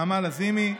נעמה לזימי,